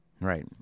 Right